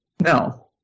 No